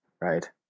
Right